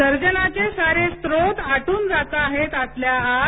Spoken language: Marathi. सर्जनाचे सगळे स्रोत आटून जात आहेत आतल्या आत